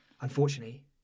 Unfortunately